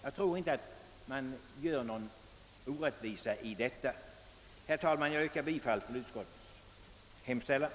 Jag tror inte att det ligger någon orättvisa i detta. Herr talman! Jag yrkar bifall till utskottets hemställan.